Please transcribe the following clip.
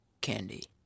candy